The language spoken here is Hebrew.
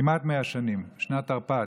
כמעט 100 שנים, בשנת תרפ"ט,